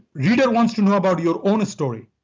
rita wants to know about your own story.